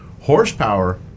Horsepower